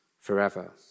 forever